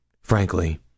Frankly